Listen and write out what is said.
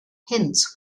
hence